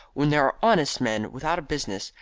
when there are honest men without a business,